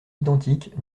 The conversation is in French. identiques